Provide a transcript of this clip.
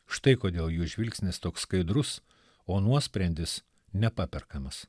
štai kodėl jų žvilgsnis toks skaidrus o nuosprendis nepaperkamas